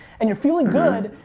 and you're feeling good,